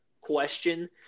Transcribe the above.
question